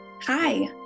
Hi